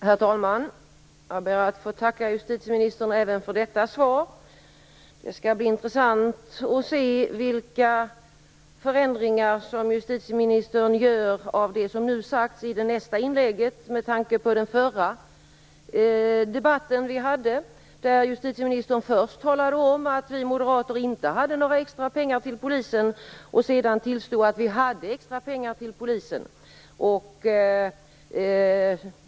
Herr talman! Jag ber att få tacka justitieministern även för detta svar. Det skall bli intressant att se vilka förändringar som justitieministern i sitt nästa inlägg kommer att göra av det som nu sagts, nämligen med tanke på den förra debatt som vi hade, där justitieministern först talade om att vi moderater inte hade några extra pengar till polisen och sedan tillstod att vi hade sådana pengar.